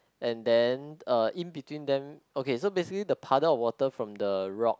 and then uh in between them okay so basically the puddle of water from the rock